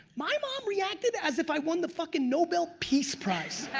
my mom reacted as if i won the fuckin' nobel peace prize,